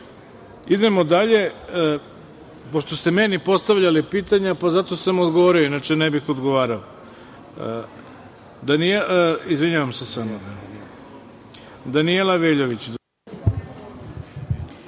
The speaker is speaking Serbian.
jasno. Idemo dalje. Pošto ste meni postavljali pitanja, zato sam odgovorio, inače ne bih odgovarao. Reč